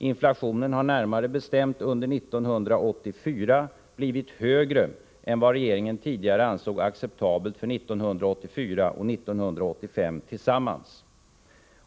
Inflationen har närmare bestämt under 1984 blivit högre än vad regeringen tidigare ansåg acceptabelt för 1984 och 1985 tillsammans.